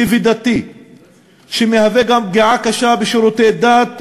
ודתי שמהווה גם פגיעה קשה בשירותי דת,